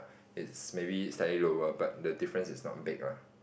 it's maybe slightly lower but the difference is not big lah